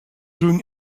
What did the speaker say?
doing